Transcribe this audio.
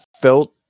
felt